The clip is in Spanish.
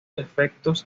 efectos